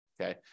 Okay